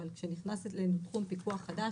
אבל כאשר נכנסים לתחום פיקוח חדש,